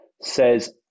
says